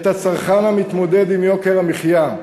את הצרכן המתמודד עם יוקר המחיה,